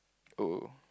oh